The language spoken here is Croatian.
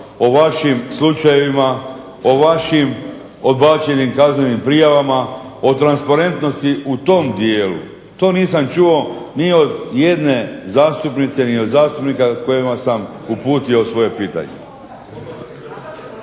o vašim slučajevima, o vašim odbačenim kaznenim prijavama, o transparentnosti u tom dijelu. To nisam čuo ni od jedne zastupnice ni od zastupnika kojima sam uputio svoje pitanje.